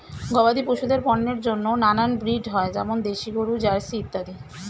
গবাদি পশুদের পণ্যের জন্য নানান ব্রিড হয়, যেমন দেশি গরু, জার্সি ইত্যাদি